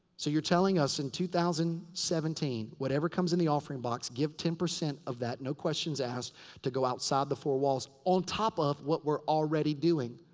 so you're telling us in two thousand and seventeen whatever comes in the offering box, give ten percent of that. no questions asked to go outside the four walls. on top of what we're already doing.